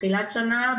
בתחילת שנה,